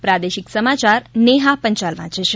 પ્રાદેશિક સમાચાર નેહા પંચાલ વાંચે છે